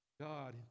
God